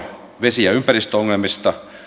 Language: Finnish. vesi ja ympäristöongelmista